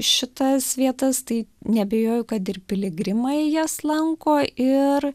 šitas vietas tai neabejoju kad ir piligrimai jas lanko ir